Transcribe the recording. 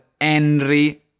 Henry